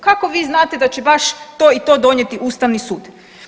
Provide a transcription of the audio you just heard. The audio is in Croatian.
Kako vi znate da će baš to i to donijeti Ustavni sud?